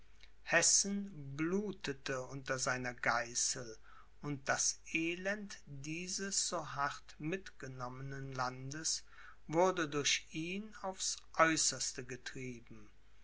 hessen blutete unter seiner geißel und das elend dieses so hart mitgenommenen landes wurde durch ihn aufs aeußerste getrieben